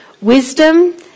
wisdom